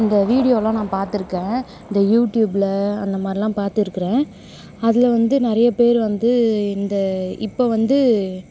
இந்த வீடியோலாம் நான் பார்த்துருக்கேன் இந்த யூடியூபில் அந்தமாதிரிலாம் பார்த்திருக்கிறேன் அதில் வந்து நிறையா பேர் வந்து இந்த இப்போ வந்து